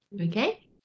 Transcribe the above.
Okay